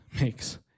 makes